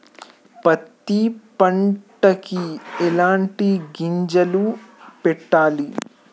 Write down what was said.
పత్తి పంటకి ఎలాంటి గింజలు పెట్టాలి?